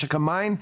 משק המים,